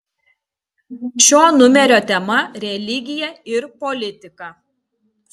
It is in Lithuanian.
šio numerio tema religija ir politika